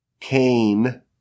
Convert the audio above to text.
Cain